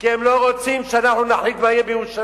כי הם לא רוצים שאנחנו נחליט מה יהיה בירושלים.